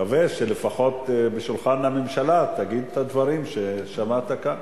נקווה שלפחות בשולחן הממשלה תגיד את הדברים ששמעת כאן.